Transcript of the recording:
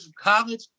college